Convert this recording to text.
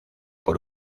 por